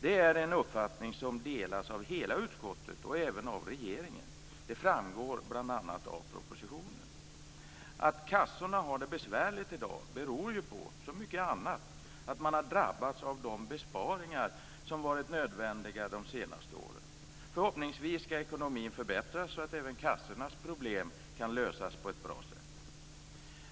Det är en uppfattning som delas av hela utskottet och även av regeringen, vilket bl.a. framgår av propositionen. Att kassorna har det besvärligt i dag beror ju, som mycket annat, på att man drabbats av de besparingar som varit nödvändiga de senaste åren. Förhoppningsvis skall ekonomin förbättras, så att även kassornas problem kan lösas på ett bra sätt.